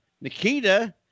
Nikita